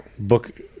book